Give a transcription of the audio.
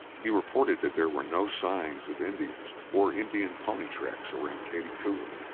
he reported that there were no signs of indians or indian pony tracks around cady coolie.